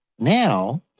Now